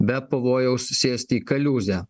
be pavojaus sėsti į kaliūzę